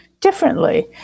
differently